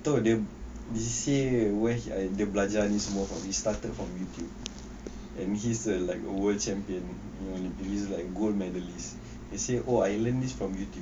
tahu dia this year where he dia belajar ini semua it started from youtube and he's a like a world champion he's like gold medallist is here or I learn this from youtube